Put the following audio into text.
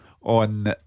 on